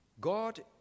God